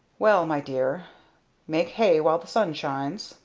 well, my dear make hay while the sun shines